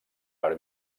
per